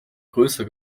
größer